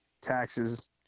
taxes